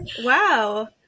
Wow